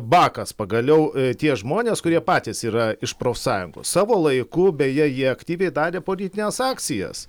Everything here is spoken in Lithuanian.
bakas pagaliau tie žmonės kurie patys yra iš profsąjungų savo laiku beje jie aktyviai darė politines akcijas